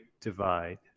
divide